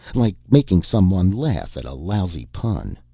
like making someone laugh at a lousy pun.